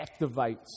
activates